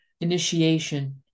initiation